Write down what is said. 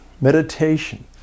meditation